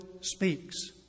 speaks